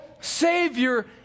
savior